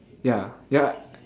ya ya